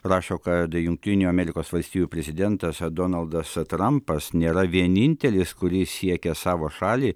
rašo kad jungtinių amerikos valstijų prezidentas donaldas trampas nėra vienintelis kuris siekia savo šalį